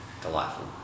delightful